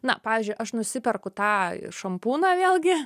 na pavyzdžiui aš nusiperku tą šampūną vėlgi